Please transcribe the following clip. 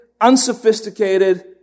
unsophisticated